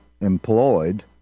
employed